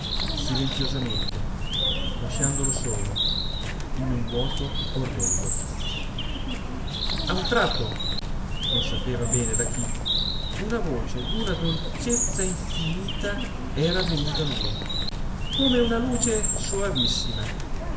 silenziosamente lasciandolo solo in un vuoto orrendo a un tratto non sapeva bene da chi una voce d'una dolcezza infinita era venuta a lui come una luce soavissima